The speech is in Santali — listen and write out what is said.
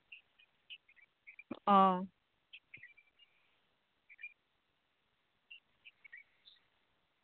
ᱚ